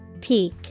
Peak